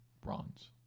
bronze